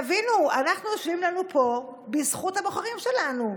תבינו, אנחנו יושבים לנו פה בזכות הבוחרים שלנו.